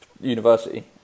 University